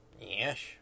Yes